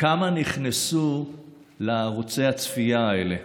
כמה נכנסו לערוצי הצפייה האלה.